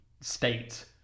state